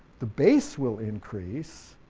the base will increase,